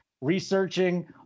researching